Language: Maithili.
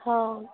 हॅं